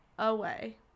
Away